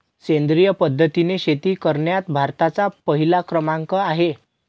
सेंद्रिय पद्धतीने शेती करण्यात भारताचा पहिला क्रमांक आहे